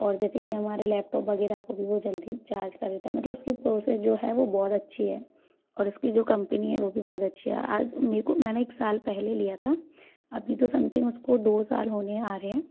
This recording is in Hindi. और जैसे कि हमारे लैपटॉप वगैरह को भी बहुत जल्दी चार्ज कर देता है मतलब उसकी प्रोसेस जो है वो बहुत अच्छी है और उसकी जो कम्पनी है वो भी बहुत अच्छी है आज उन्हीं को मैंने एक साल पहले लिया था अभी तो समथिंग उसको दो साल होने आ रहे हैं